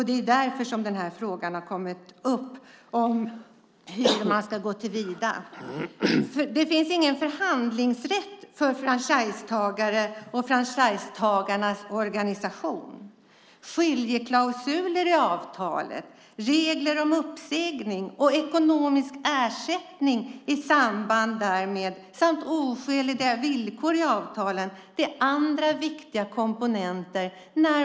Det är därför som frågan om hur man ska gå till väga har kommit upp. Det finns ingen förhandlingsrätt för franchisetagare och franchisetagarnas organisation. Skiljeklausuler i avtalet, regler om uppsägning och ekonomisk ersättning i samband därmed samt oskäliga villkor i avtalen är andra viktiga komponenter.